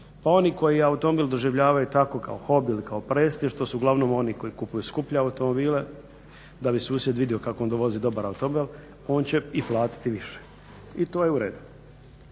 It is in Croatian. pa oni koji automobil doživljavaju tako kao hobi ili kao prestiž to su uglavnom oni koji kupuju skuplje automobile da bi susjed vidio kako on vozi dobar automobil on će i platiti više. I to je u redu.